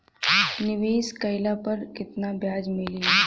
निवेश काइला पर कितना ब्याज मिली?